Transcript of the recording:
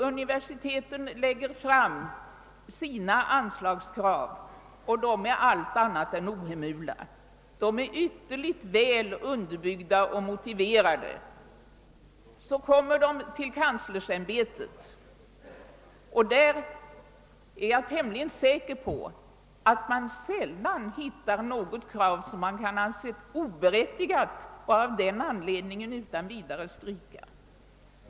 Universiteten framlägger sina anslagsäskanden, och de är allt annat än ohemula. De är ytterligt väl underbyggda och motiverade. Sedan kommer kraven till kanslersämbetet, och jag är ganska säker på att man där sällan hittar något krav som anses oberättigat och av den anledningen strykes.